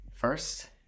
First